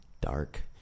dark